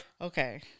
Okay